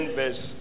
verse